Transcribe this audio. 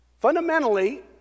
Fundamentally